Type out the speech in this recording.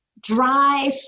Dry